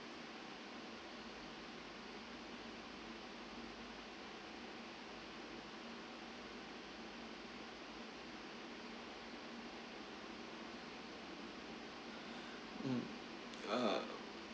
uh